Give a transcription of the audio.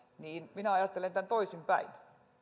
niin minä ajattelen tämän toisinpäin